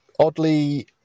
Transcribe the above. oddly